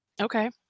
Okay